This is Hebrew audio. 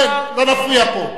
לא להפריע פה.